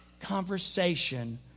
conversation